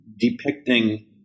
depicting